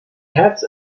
cats